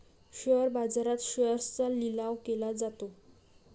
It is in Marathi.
शेअर बाजारात शेअर्सचा लिलाव केला जातो